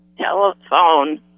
Telephone